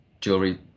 jewelry